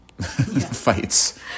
fights